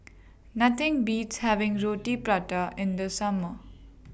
Nothing Beats having Roti Prata in The Summer